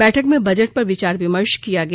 बैठक में बजट पर विचार विमर्श किया गया